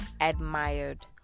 admired